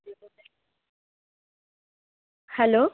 hello